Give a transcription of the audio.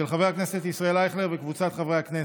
של חבר הכנסת ישראל אייכלר וקבוצת חברי הכנסת,